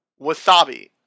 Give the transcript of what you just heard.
Wasabi